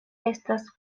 estas